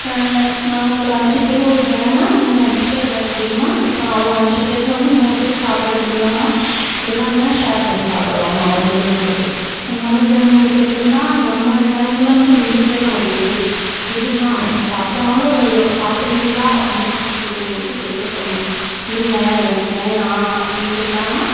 இப்போ நாங்கள் ஒரு அஞ்சுப் பேர் ஒரு கேங்குனா இன்னொரு அஞ்சுப் பேர் வேறு கேங்குனா இப்போ அவங்க அஞ்சுப் பேரில் வந்து மூணு பேர் சாப்பாடு எடுத்துகிட்டு வந்தாங்கனா எல்லோருமே தான் ஷேர் பண்ணி சாப்பிடுவாங்க அந்த கேங் அப்படி இப்போ நம்ம கேம்ங் எப்புடினா நம்ம கேங்கில் வந்து ரெண்டு பேர் நமக்கு எதிரி எதிரினா அவங்க சாப்பிட்றாங்களோ இல்லையோ சாப்பிட்றிங்களா அப்புடினு பக்கத்தில் உள்ளவங்கள விட்டு கேட்க சொல்லணும் இல்லை எனக்கு வேணா அப்டினு சொல்லிட்டாங்கனா